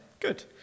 Good